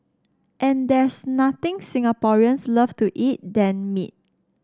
and there's nothing Singaporeans love to eat than meat